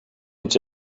iets